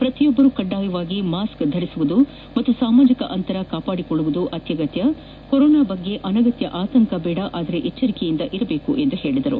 ಕ್ರತಿಯೊಬ್ಬರೂ ಕಡ್ಡಾಯವಾಗಿ ಮಾಸ್ಕ್ ಧರಿಸಿವುದು ಹಾಗು ಸಾಮಾಜಕ ಅಂತರ ಕಾಪಾಡಿಕೊಳ್ಳುವುದು ಅಗತ್ತ ಕೊರೋನಾ ಬಗ್ಗೆ ಅನಗತ್ತ ಭಯ ದೇಡ ಆದರೆ ಎಚ್ಚರಿಕೆಯಿಂದ ಇರಬೇಕು ಎಂದರು